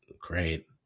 great